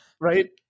right